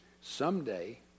Someday